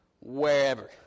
wherever